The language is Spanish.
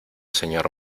señor